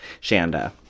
Shanda